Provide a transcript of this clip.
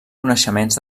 coneixements